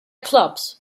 clubs